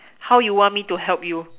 how you want me to help you